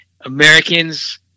americans